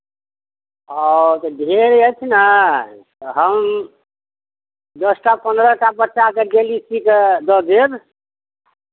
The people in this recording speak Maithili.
हँ ढेर अछि ने तऽ हम दस टा पन्द्रह टा बच्चाके डेली सी कऽ दऽ देब